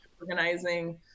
organizing